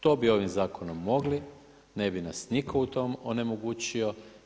To bi ovim zakonom mogli, ne bi nas nitko u tom onemogućio.